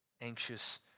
Anxious